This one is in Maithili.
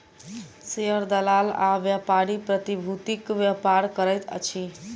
शेयर दलाल आ व्यापारी प्रतिभूतिक व्यापार करैत अछि